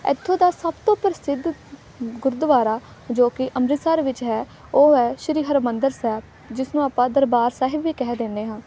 ਇੱਥੋਂ ਦਾ ਸਭ ਤੋਂ ਪ੍ਰਸਿੱਧ ਗੁਰਦੁਆਰਾ ਜੋ ਕਿ ਅੰਮ੍ਰਿਤਸਰ ਵਿੱਚ ਹੈ ਉਹ ਹੈ ਸ਼੍ਰੀ ਹਰਿਮੰਦਰ ਸਾਹਿਬ ਜਿਸਨੂੰ ਆਪਾਂ ਦਰਬਾਰ ਸਾਹਿਬ ਵੀ ਕਹਿ ਦਿੰਦੇ ਹਾਂ